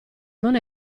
non